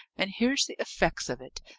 and here's the effects of it!